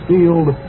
Field